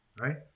right